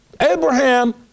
Abraham